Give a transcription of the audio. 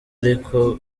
ariko